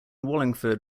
wallingford